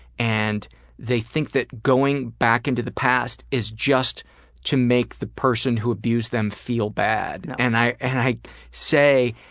and they think that going back into the past is just to make the person who abused them feel bad. and i say,